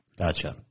Gotcha